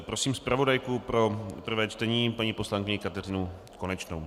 Prosím zpravodajku pro prvé čtení paní poslankyni Kateřinu Konečnou.